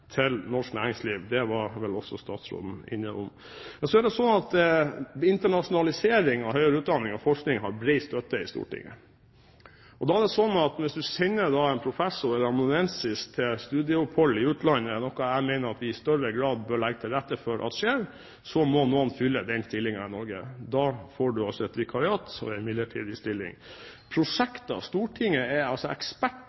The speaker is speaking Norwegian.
til norsk næringsliv. Det var vel også statsråden innom. Internasjonalisering av høyere utdanning og forskning har bred støtte i Stortinget. Hvis en sender en professor eller en amanuensis til studieopphold i utlandet – noe jeg mener vi i større grad bør legge til rette for at skjer – må noen fylle den stillingen i Norge. Da får en et vikariat, som er en midlertidig stilling.